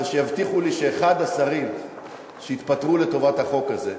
שיבטיחו לי שאחד השרים שיתפטרו לטובת החוק הזה,